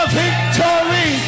victory